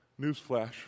Newsflash